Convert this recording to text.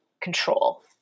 control